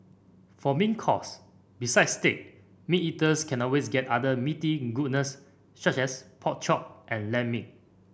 for main course besides steak meat eaters can always get other meaty goodness such as pork chop and lamb meat